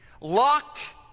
locked